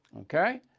okay